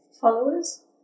followers